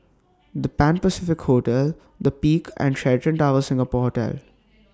The Pan Pacific Hotel The Peak and Sheraton Towers Singapore Hotel